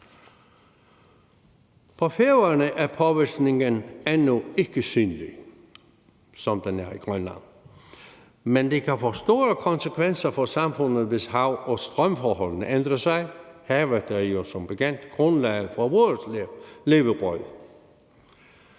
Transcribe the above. På Færøerne er påvirkningen endnu ikke synlig, sådan som den er i Grønland, men det kan få store konsekvenser for samfundet, hvis hav- og strømforholdene ændrer sig. Havet er jo som bekendt grundlaget for vores levebrød.